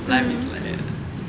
life is like that lah